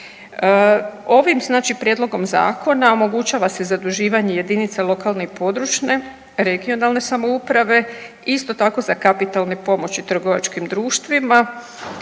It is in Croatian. Ovim znači prijedlogom zakona omogućava se zaduživanje jedinica lokalne i područne (regionalne) samouprave, isto tako za kapitalne pomoći trgovačkim društvima,